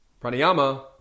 Pranayama